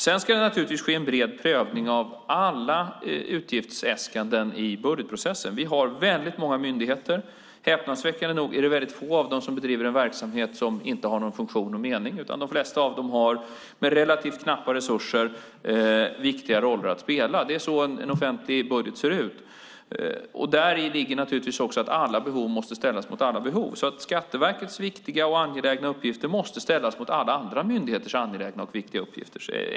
Det ska sedan naturligtvis ske en bred prövning av alla utgiftsäskanden i budgetprocessen. Vi har många myndigheter. Häpnadsväckande nog är det få av dem som bedriver en verksamhet som inte har någon funktion och mening. De flesta av dem har med relativt knappa resurser viktiga roller att spela. Det är så en offentlig budget ser ut. Däri ligger naturligtvis också att alla behov måste ställas mot alla behov. Skatteverkets viktiga och angelägna uppgifter måste ställas mot alla andra myndigheters angelägna och viktiga uppgifter.